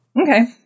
Okay